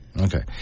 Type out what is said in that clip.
Okay